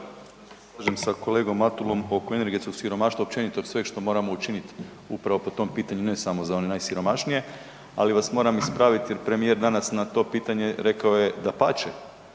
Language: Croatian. sa kolegom Matulom oko energetskog siromaštva i općenito sveg što moramo učiniti upravo po tom pitanju i ne samo za one najsiromašnije ali vas moram ispraviti jer premijer danas na to pitanje rekao je dapače,